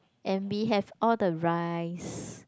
and we have all the rice